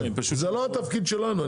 לא התפקיד שלנו.